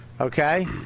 Okay